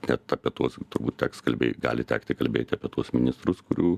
net apie tuos turbūt teks kalbė gali tekti kalbėti apie tuos ministrus kurių